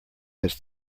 his